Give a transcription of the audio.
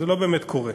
זה לא באמת קורה.